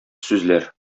сүзләр